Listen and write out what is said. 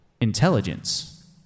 intelligence